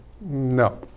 no